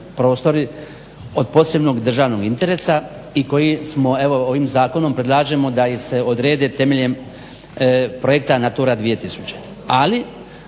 prostori od posebnog državnog interesa i koje smo evo ovim zakonom predlažemo da ih se odredi temeljem projekta Natura 2000,